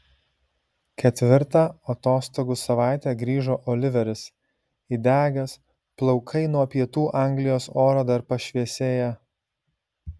ketvirtą atostogų savaitę grįžo oliveris įdegęs plaukai nuo pietų anglijos oro dar pašviesėję